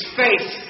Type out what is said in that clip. face